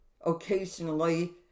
occasionally